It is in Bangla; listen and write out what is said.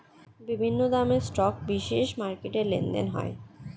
বিভিন্ন দামের স্টক বিশেষ মার্কেটে লেনদেন হয়